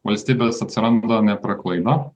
valstybės atsiranda ne per klaidą